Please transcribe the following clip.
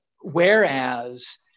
whereas